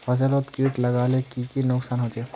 फसलोत किट लगाले की की नुकसान होचए?